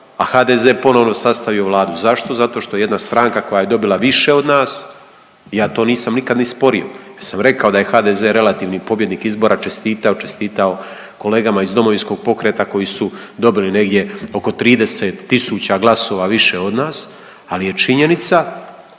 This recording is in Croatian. a HDZ ponovno sastavio Vladu. Zašto? Zato što jedna stranka koja je dobila više od nas, ja to nisam nikad ni sporio. Ja sam rekao da je HDZ relativni pobjednik izbora, čestitao, čestitao kolegama iz Domovinskog pokreta koji su dobili negdje oko 30000 glasova više od nas, ali je činjenica